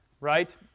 right